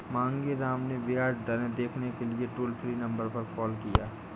मांगेराम ने ब्याज दरें देखने के लिए टोल फ्री नंबर पर कॉल किया